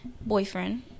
boyfriend